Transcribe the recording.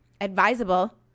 advisable